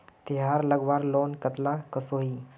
तेहार लगवार लोन कतला कसोही?